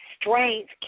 strength